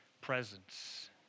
presence